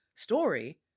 story